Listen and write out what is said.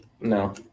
no